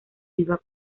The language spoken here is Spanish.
viva